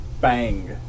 Bang